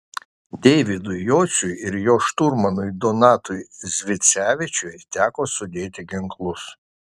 deividui jociui ir jo šturmanui donatui zvicevičiui teko sudėti ginklus